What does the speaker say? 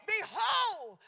Behold